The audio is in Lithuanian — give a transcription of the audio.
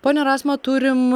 pone razma turim